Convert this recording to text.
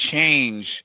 change